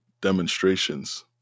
demonstrations